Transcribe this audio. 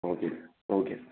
okay sir okay sir